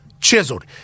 chiseled